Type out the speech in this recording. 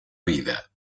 vida